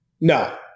No